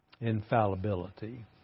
infallibility